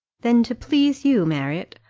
then to please you, marriott,